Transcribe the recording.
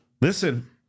listen